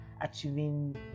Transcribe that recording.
achieving